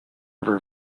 river